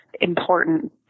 important